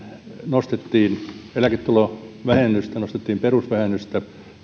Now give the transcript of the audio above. nostettiin eläketulovähennystä nostettiin perusvähennystä